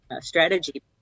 strategy